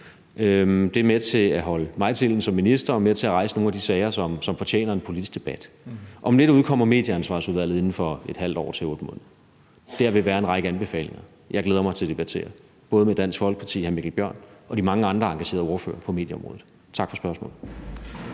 Det er med til at holde mig til ilden som minister og med til at rejse nogle af de sager, som fortjener en politisk debat. Om lidt udkommer Medieansvarsudvalget, inden for ½ år til 8 måneder, med en række anbefalinger, som jeg glæder mig til at debattere, både med Dansk Folkepartis hr. Mikkel Bjørn og de mange andre engagerede ordførere på medieområdet. Tak for spørgsmålet.